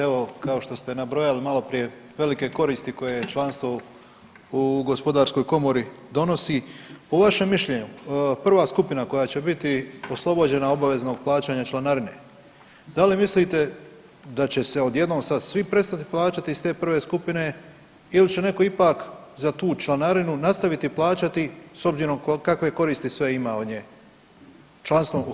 Evo kao što ste nabrojali maloprije velike koristi koje članstvo u HGK-u donosi, po vašem mišljenju prva skupina koja će biti oslobođena obavezanog plaćanja članarine, da li mislite da će se odjednom sad svi prestati plaćati iz te prve skupine ili će neko ipak za tu članarinu nastaviti plaćati s obzirom kakve koristi sve ima od nje, članstvom u HGK-u?